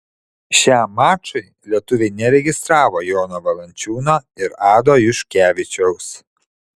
šiam mačui lietuviai neregistravo jono valančiūno ir ado juškevičiaus